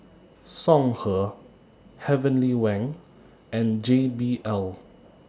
Songhe Heavenly Wang and J B L